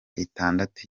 itandatu